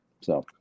So-